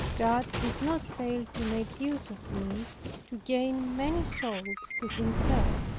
god did not fail to make use of me to gain many souls to himself.